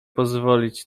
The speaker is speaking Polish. pozwolić